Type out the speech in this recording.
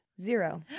zero